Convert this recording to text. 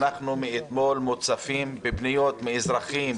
אנחנו מוצפים מאתמול בפניות מאזרחים,